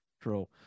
true